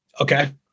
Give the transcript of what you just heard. Okay